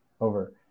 over